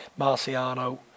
Marciano